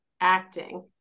acting